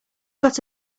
got